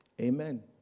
Amen